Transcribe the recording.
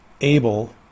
able